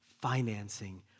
financing